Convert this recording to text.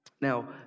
Now